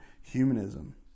Humanism